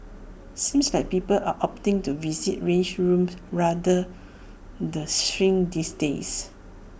seems like people are opting to visit rage rooms rather the shrink these days